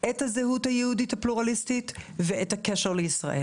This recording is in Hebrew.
את הזהות היהודית הפלורליסטית ואת הקשר לישראל.